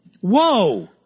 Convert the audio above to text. Whoa